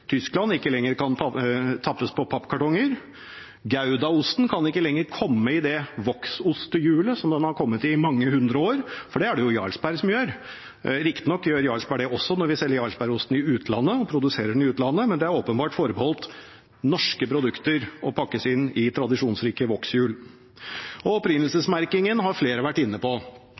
Tyskland ikke lenger kan tappes på pappkartonger. Goudaosten kan ikke lenger komme i det voksostehjulet som den har kommet i i mange hundre år, for det er det jo Jarlsberg som gjør. Riktignok gjør Jarlsberg det også når de selger jarlsbergosten i utlandet, og produserer den i utlandet, men det er åpenbart forbeholdt norske produkter å pakkes inn i tradisjonsrike vokshjul. Opprinnelsesmerkingen har flere vært inne på.